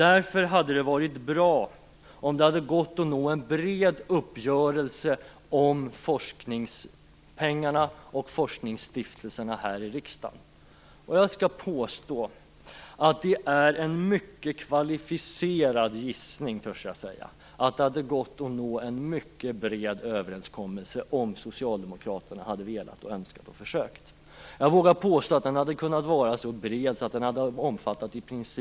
Därför hade det varit bra om det hade gått att nå en bred uppgörelse om forskningspengarna och forskningsstiftelserna här i riksdagen. Det är en mycket kvalificerad gissning, törs jag säga, att det hade gått att nå en mycket bred överenskommelse om Socialdemokraterna hade velat, önskat och försökt när det gäller att etablera bra spelregler för forskningsstiftelserna.